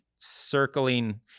circling